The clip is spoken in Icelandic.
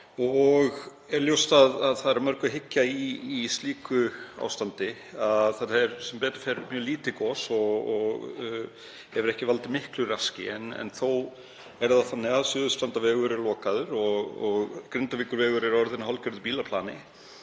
og er ljóst að það er að mörgu að hyggja í slíku ástandi. Þetta er sem betur fer mjög lítið gos og hefur ekki valdið miklu raski en þó er það þannig að Suðurstrandarvegur er lokaður og Grindavíkurvegur er orðinn að hálfgerðu bílaplani.